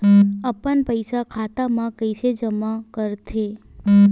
अपन पईसा खाता मा कइसे जमा कर थे?